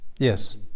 Yes